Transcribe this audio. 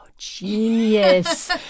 genius